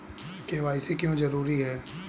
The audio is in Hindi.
के.वाई.सी क्यों जरूरी है?